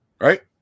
right